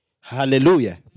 Hallelujah